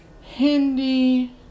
Hindi